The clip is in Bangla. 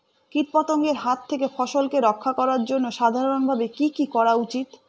কীটপতঙ্গের হাত থেকে ফসলকে রক্ষা করার জন্য সাধারণভাবে কি কি করা উচিৎ?